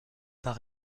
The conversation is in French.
par